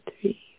three